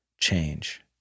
change